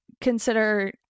consider